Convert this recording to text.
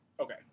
Okay